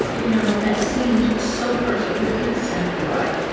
you know, that seemed so person you're you're exactly right.